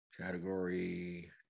Category